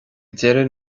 deireadh